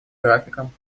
графиком